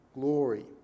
glory